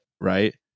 right